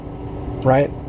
right